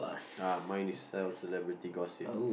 uh mine is sell celebrity gossip